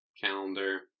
calendar